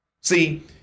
See